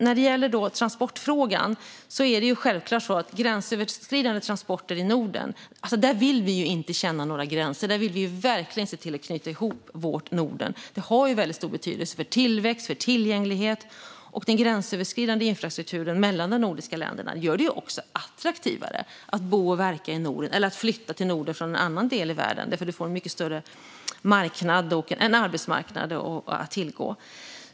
När det gäller transportfrågan och gränsöverskridande transporter i Norden är det självklart så att vi inte vill känna några gränser. Där vill vi verkligen se till att knyta ihop vårt Norden. Det har väldigt stor betydelse för tillväxt och tillgänglighet. Den gränsöverskridande infrastrukturen mellan de nordiska länderna gör det också attraktivare att bo och verka i Norden eller att flytta till Norden från en annan del av världen. Man får en mycket större marknad och arbetsmarknad att tillgå.